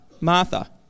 Martha